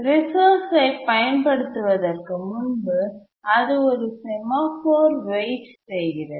ரிசோர்ஸ்சைresource பயன்படுத்துவதற்கு முன்பு அது ஒரு செமாஃபோர் வெயிட் செய்கிறது